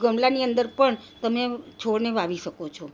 ગમલાની અંદર પણ તમે છોડને વાવી શકો છો